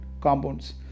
compounds